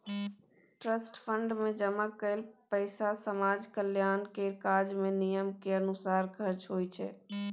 trust fund मे जमा कएल पैसा समाज कल्याण केर काज मे नियम केर अनुसार खर्च होइ छै